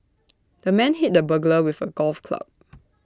the man hit the burglar with A golf club